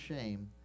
shame